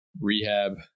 rehab